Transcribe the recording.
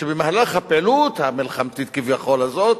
שבמהלך הפעילות המלחמתית כביכול הזאת